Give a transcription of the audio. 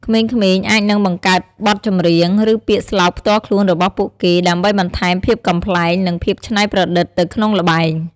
ក្មេងៗអាចនឹងបង្កើតបទចម្រៀង ឬពាក្យស្លោកផ្ទាល់ខ្លួនរបស់ពួកគេ ដើម្បីបន្ថែមភាពកំប្លែង និងភាពច្នៃប្រឌិតទៅក្នុងល្បែង។